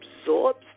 absorbs